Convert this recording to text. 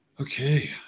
Okay